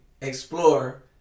explore